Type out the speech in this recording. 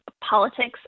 politics